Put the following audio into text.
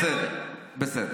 בסדר, בסדר, בסדר.